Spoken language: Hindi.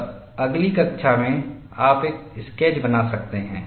और अगली कक्षा में आप एक स्केच बना सकते हैं